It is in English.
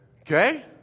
Okay